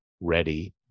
ready